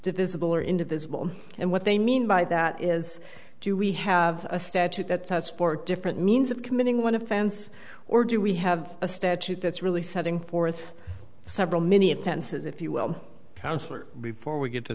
divisible or indivisible and what they mean by that is do we have a statute that says sport different means of committing one offense or do we have a statute that's really setting forth several mini offenses if you will counselor before we